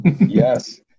yes